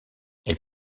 elle